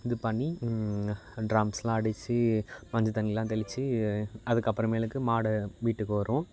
இது பண்ணி டிரம்ஸ்லாம் அடித்து மஞ்சத் தண்ணில்லாம் தெளித்து அதுக்கப்புறமேலுக்கு மாடு வீட்டுக்கு வரும்